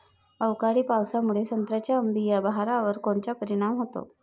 अवकाळी पावसामुळे संत्र्याच्या अंबीया बहारावर कोनचा परिणाम होतो?